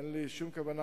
אין לי שום כוונה,